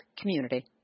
community